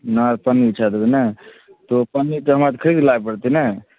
नार पन्नी बिछा देबै नहि तऽ ओ पन्नी तऽ हमरा खरीद कऽ लाबय पड़तै ने